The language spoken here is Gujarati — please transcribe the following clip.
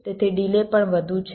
તેથી ડિલે પણ વધુ છે